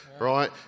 right